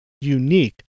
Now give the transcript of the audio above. unique